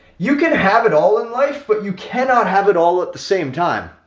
you can have it all in life, but you cannot have it all at the same time.